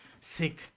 sick